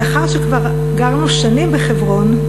לאחר שכבר גרנו שנים בחברון,